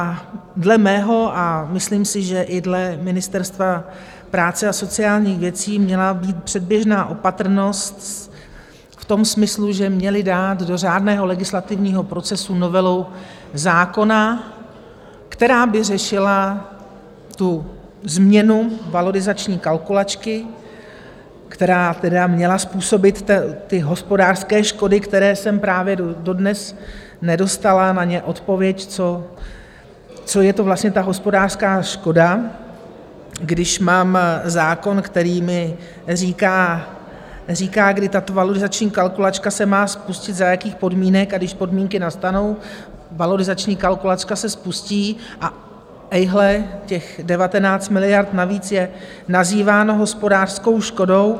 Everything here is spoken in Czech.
A dle mého a myslím si, že i dle Ministerstva práce a sociálních věcí, měla být předběžná opatrnost v tom smyslu, že měli dát do řádného legislativního procesu novelu zákona, která by řešila tu změnu valorizační kalkulačky, která tedy měla způsobit ty hospodářské škody, na které jsem dodnes nedostala odpověď, co je to vlastně ta hospodářská škoda, když mám zákon, který mi říká, kdy tato valorizační kalkulačka se má spustit, za jakých podmínek, a když podmínky nastanou, valorizační kalkulačka se spustí, a ejhle, těch 19 miliard navíc je nazýváno hospodářskou škodou.